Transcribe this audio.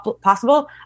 possible